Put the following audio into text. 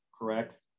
correct